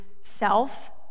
self